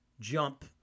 jump